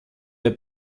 der